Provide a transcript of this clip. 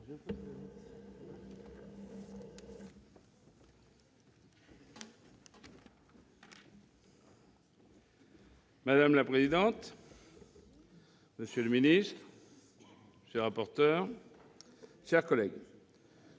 Madame la présidente, monsieur le ministre, monsieur le rapporteur, chers collègues,